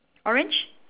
orange